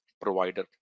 provider